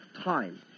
time